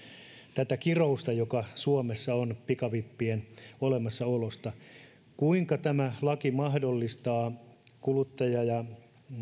tätä kirousta joka suomessa on pikavippien olemassaolosta niin kuinka tämä laki mahdollistaa